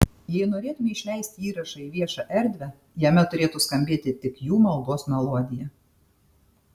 jei norėtumei išleisti įrašą į viešą erdvę jame turėtų skambėti tik jų maldos melodija